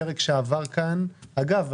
הפרק שעבר כאן אגב,